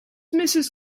mrs